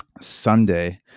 Sunday